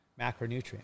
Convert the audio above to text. macronutrient